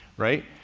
right?